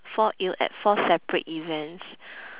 fall ill at four separate events